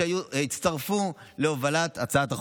שהצטרף להובלת הצעת החוק.